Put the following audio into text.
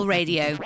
Radio